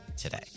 today